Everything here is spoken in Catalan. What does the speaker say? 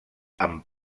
amb